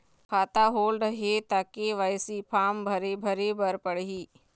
खाता होल्ड हे ता के.वाई.सी फार्म भरे भरे बर पड़ही?